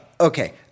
Okay